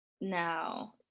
now